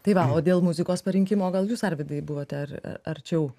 tai va o dėl muzikos parinkimo gal jūs arvydai buvote ar arčiau